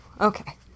okay